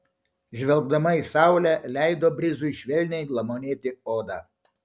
žvelgdama į saulę leido brizui švelniai glamonėti odą